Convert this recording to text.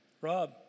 Rob